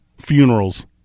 funerals